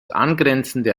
angrenzende